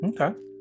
Okay